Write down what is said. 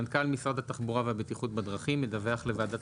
מנכ"ל משרד התחבורה והבטיחות בדרכים מדווח לוועדת